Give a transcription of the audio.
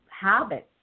habits